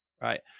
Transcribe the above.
right